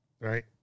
right